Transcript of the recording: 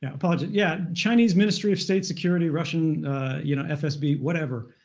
yeah apology. yeah, chinese ministry of state security, russian you know fsb, whatever.